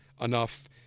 Enough